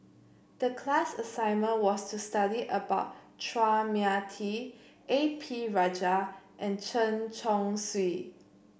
the class assignment was to study about Chua Mia Tee A P Rajah and Chen Chong Swee